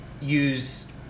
use